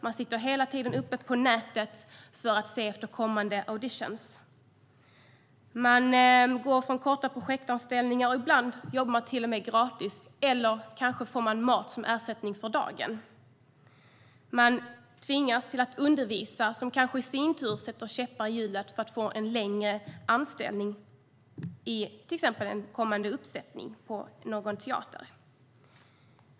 Man sitter hela tiden uppe och tittar på nätet efter kommande auditioner. Man har kortare projektanställningar. Ibland jobbar man till och med gratis, eller man får kanske mat som ersättning för dagen. Man tvingas undervisa, vilket i sin tur kanske sätter käppar i hjulet för en längre anställning, till exempel i en kommande uppsättning på någon teater.